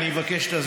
אני מבקש את הזמן.